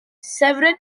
severin